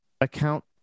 account